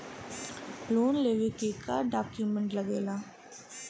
Loan लेवे के का डॉक्यूमेंट लागेला?